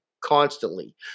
constantly